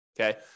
Okay